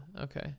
Okay